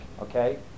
okay